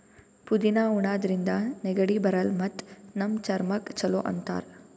ಪುದಿನಾ ಉಣಾದ್ರಿನ್ದ ನೆಗಡಿ ಬರಲ್ಲ್ ಮತ್ತ್ ನಮ್ ಚರ್ಮಕ್ಕ್ ಛಲೋ ಅಂತಾರ್